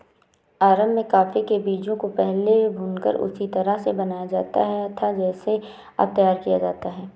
अरब में कॉफी के बीजों को पहले भूनकर उसी तरह से बनाया जाता था जैसे अब तैयार किया जाता है